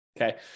okay